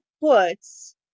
puts